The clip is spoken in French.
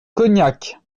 cognac